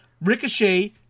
Ricochet